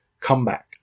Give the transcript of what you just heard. comeback